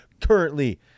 currently